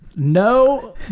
No